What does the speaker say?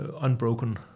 unbroken